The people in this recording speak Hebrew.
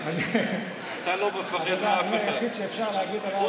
אתה לא מפחד מאף אחד חוץ מגלסנר.